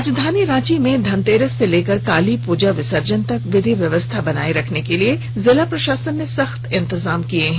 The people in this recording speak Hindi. राजधानी रांची में धनतेरस से लेकर काली पूजा विसर्जन तक विधि व्यवस्था बनाए रखने के लिए जिला प्रशासन ने सख्त इंतजाम किये हैं